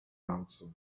answer